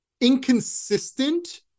inconsistent